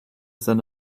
than